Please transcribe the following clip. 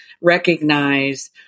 recognize